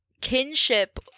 kinship